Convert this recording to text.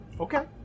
Okay